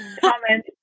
comment